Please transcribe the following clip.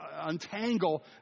untangle